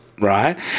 right